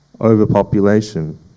overpopulation